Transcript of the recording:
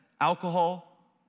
alcohol